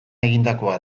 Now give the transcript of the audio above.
egindakoa